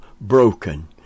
broken